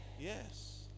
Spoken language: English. Yes